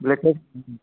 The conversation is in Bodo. बेखौ